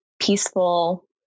peaceful